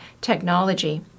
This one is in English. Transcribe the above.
technology